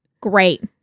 Great